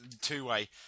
Two-way